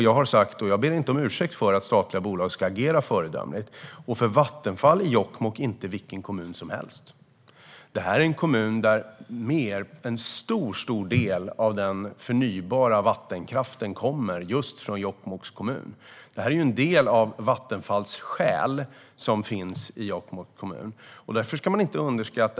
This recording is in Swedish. Jag har sagt, och ber inte om ursäkt för det, att statliga bolag ska agera föredömligt. För Vattenfall är Jokkmokk inte vilken kommun som helst. En stor del av den förnybara vattenkraften kommer just från Jokkmokks kommun. Det är en del av Vattenfalls själ som finns i Jokkmokks kommun. Det ska man inte underskatta.